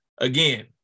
Again